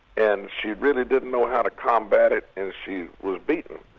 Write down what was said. and she really didn't know how to combat it, and she was beaten.